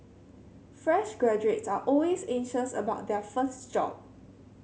fresh graduates are always anxious about their first job